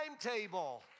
timetable